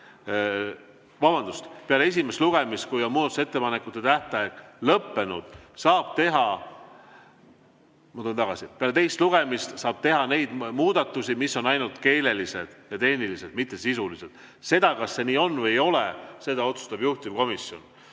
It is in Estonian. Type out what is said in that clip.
peale esimest lugemist, kui on muudatusettepanekute tähtaeg lõppenud, saab teha ... Ma tulen tagasi, peale teist lugemist saab teha neid muudatusi, mis on ainult keelelised ja tehnilised, mitte sisulised. Seda, kas see nii on või ei ole, otsustab juhtivkomisjon.